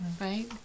right